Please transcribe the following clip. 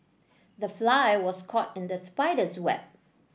the fly was caught in the spider's web